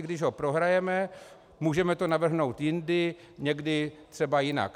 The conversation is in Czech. Když ho prohrajeme, můžeme to navrhnout jindy, někdy třeba jinak.